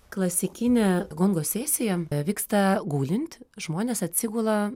klasikinė gongo sesija vyksta gulint žmonės atsigula